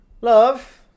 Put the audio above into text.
Love